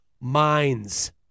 minds